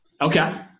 Okay